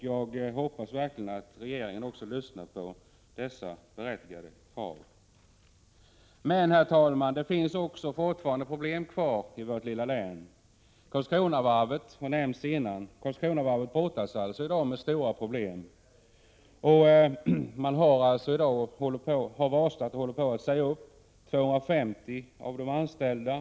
Jag hoppas verkligen att regeringen också lyssnar på dessa berättigade krav. Men, herr talman, det finns också problem i vårt lilla län. Karlskronavarvet har nämnts tidigare. Varvet brottas alltså i dag med stora problem. Man har varslat och håller på att säga upp 250 av de anställda.